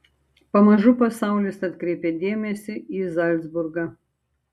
pamažu pasaulis atkreipė dėmesį į zalcburgą